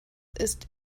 ist